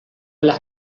las